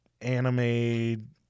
anime